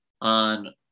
on